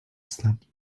slept